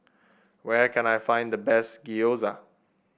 where can I find the best Gyoza